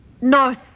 North